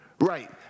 Right